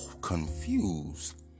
confused